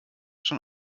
schon